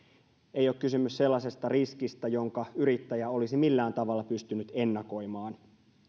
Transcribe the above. ei ole kysymys sellaisesta riskistä jonka yrittäjä olisi millään tavalla pystynyt ennakoimaan